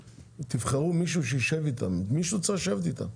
תבחרו מישהו שיישב איתם, מישהו צריך לשבת איתם.